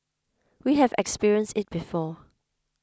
we have experienced it before